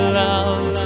love